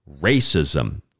Racism